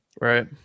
right